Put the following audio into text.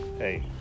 Hey